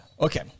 Okay